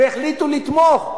והחליטו לתמוך,